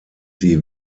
sie